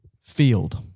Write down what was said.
field